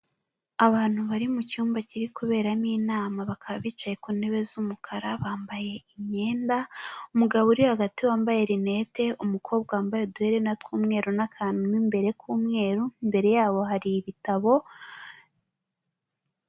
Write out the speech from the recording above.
Abantu bari mu cyumba kiri kuberamo inama, bakaba bicaye ku ntebe z'umukara, bambaye imyenda, umugabo uri hagati wambaye rinete, umukobwa wambaye uduherena tw'umweru n'akantu mo imbere k'umweru, imbere yabo hari ibitabo.